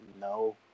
no